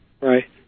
Right